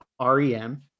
REM